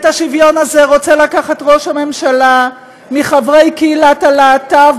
את השוויון הזה רוצה ראש הממשלה לקחת מחברי קהילת הלהט"ב,